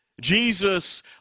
Jesus